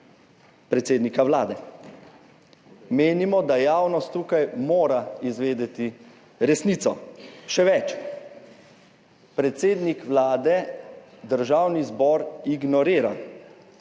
predsednika Vlade. Menimo, da javnost tukaj mora izvedeti resnico. Še več, predsednik Vlade Državni zbor ignorira,